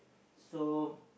so